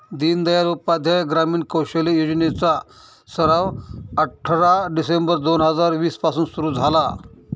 दीनदयाल उपाध्याय ग्रामीण कौशल्य योजने चा सराव अठरा डिसेंबर दोन हजार वीस पासून सुरू झाला